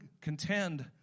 contend